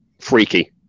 freaky